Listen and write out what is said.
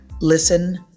Listen